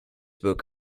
book